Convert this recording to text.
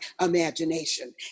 imagination